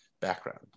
background